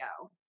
go